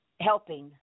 helping